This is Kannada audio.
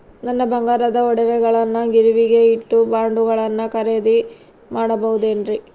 ನನ್ನ ಬಂಗಾರದ ಒಡವೆಗಳನ್ನ ಗಿರಿವಿಗೆ ಇಟ್ಟು ಬಾಂಡುಗಳನ್ನ ಖರೇದಿ ಮಾಡಬಹುದೇನ್ರಿ?